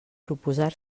proposar